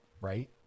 right